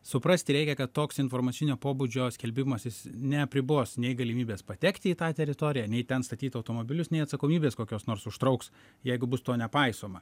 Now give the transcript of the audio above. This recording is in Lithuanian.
suprasti reikia kad toks informacinio pobūdžio skelbimas jis neapribos nei galimybės patekti į tą teritoriją nei ten statyt automobilius nei atsakomybės kokios nors užtrauks jeigu bus to nepaisoma